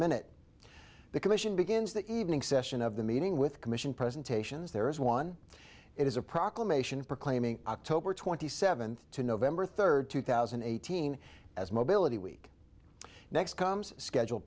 minute the commission begins the evening session of the meeting with commission presentations there is one it is a proclamation proclaiming october twenty seventh to november third two thousand and eighteen as mobility week next comes schedule